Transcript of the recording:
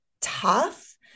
tough